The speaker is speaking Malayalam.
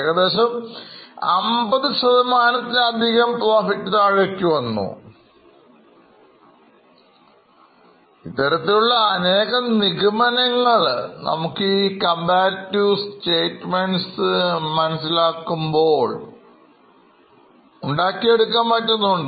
ഏകദേശം50 ശതമാനത്തിലധികം Profit കുറഞ്ഞു